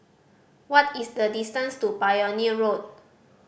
what is the distance to Pioneer Road